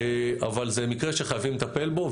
אבל זה מקרה שחייבים לטפל בו,